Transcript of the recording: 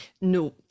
No